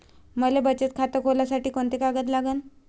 मले बचत खातं खोलासाठी कोंते कागद लागन?